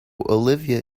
olivia